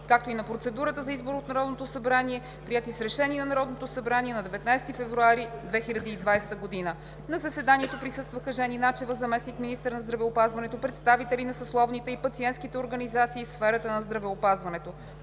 както и на процедурата за избор от Народното събрание, приети с Решение на Народното събрание на 19 февруари 2020 г. На заседанието присъстваха: Жени Начева – заместник министър на здравеопазването, представители на съсловните и пациентските организации в сферата на здравеопазването.